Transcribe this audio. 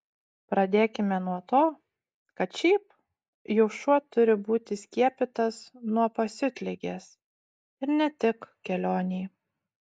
pradėkime nuo to kad šiaip jau šuo turi būti skiepytas nuo pasiutligės ir ne tik kelionei